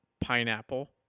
Pineapple